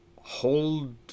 hold